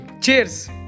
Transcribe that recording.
Cheers